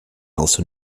also